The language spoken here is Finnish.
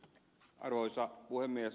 arvoisa puhemies